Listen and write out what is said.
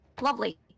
Lovely